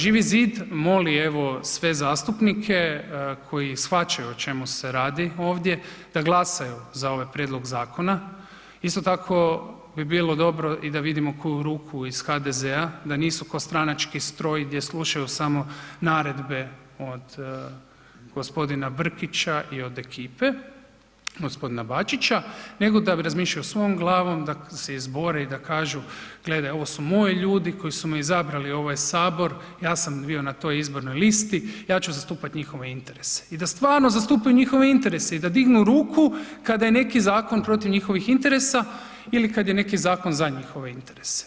Živi zid moli evo, sve zastupnike koji shvaćaju o čemu se radi ovdje da glasaju za ovaj prijedlog zakona. isto tako bi bilo dobro i da vidio koju ruku iz HDZ-a, da nisu kao stranački stroj, gdje slušaju samo naredbe od g. Brkića i od ekipe, g. Bačića, nego da razmišljaju svojom glavom, da se izbore i da kažu, gledaj, ovo su moji ljudi, koji su me izabrali u ovaj Sabor, ja sam bio na toj izbornoj listi ja ću zastupati njihove interese i da stvarno zastupanju njihove interese i da dignu ruku kada je njihov zakon protiv njihovih interesa ili kad je neki zakon za njihove interese.